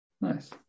nice